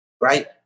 Right